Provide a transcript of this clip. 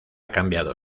cambiado